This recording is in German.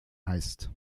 heißt